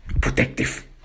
protective